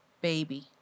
baby